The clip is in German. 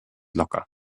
locker